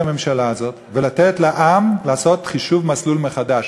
הממשלה הזאת ולתת לעם לעשות חישוב מסלול מחדש.